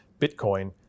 Bitcoin